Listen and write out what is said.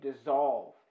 dissolve